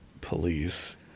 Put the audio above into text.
police